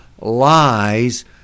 lies